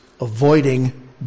avoiding